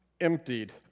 emptied